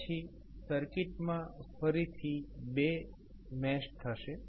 પછી સર્કિટમાં ફરીથી બે મેશ થશે